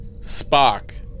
Spock